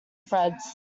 threads